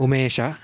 उमेशः